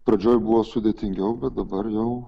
pradžioj buvo sudėtingiau bet dabar jau